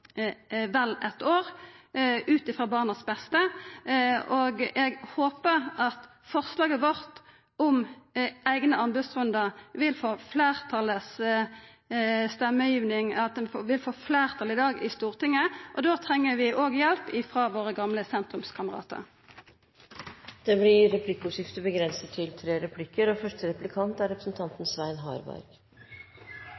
vel eitt år ut frå barnas beste. Eg håper at forslaget vårt om eigne anbodsrundar vil få fleirtal i Stortinget i dag, og då treng vi hjelp frå våre gamle sentrumskameratar. Det blir replikkordskifte. Jeg har lyst til å berømme representanten Kjersti Toppe for alltid å ha et engasjement for barna. Det oppfatter jeg er ekte og godt ment, også i